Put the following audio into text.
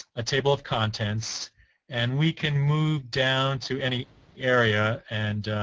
a table of contents and we can move down to any area and